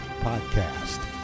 Podcast